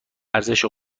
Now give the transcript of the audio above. ارزش